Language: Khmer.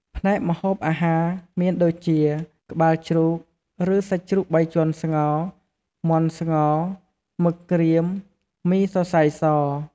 ផ្នែកម្ហូបអាហារ មានដូចជា ក្បាលជ្រូក ឬ សាច់ជ្រូកបីជាន់ស្ងោរ មាន់ស្ងោរ មឹកក្រៀម មីសសៃរស...។